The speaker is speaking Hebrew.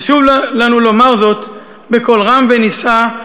חשוב לנו לומר זאת בקול רם ונישא,